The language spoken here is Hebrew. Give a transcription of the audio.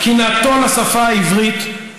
קנאתו לשפה העברית,